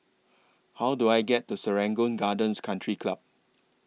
How Do I get to Serangoon Gardens Country Club